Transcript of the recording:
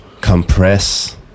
compress